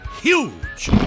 huge